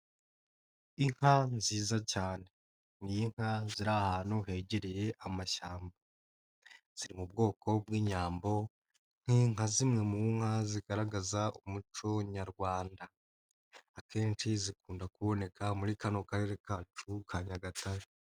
Inka nziza cyane. Ni inka ziri ahantu hegereye amashyamba. Ziri mu bwoko bw'inyambo nka zimwe mu nka zigaragaza umuco nyarwanda. Akenshi zikunda kuboneka muri kano Karere kacu ka Nyagatare.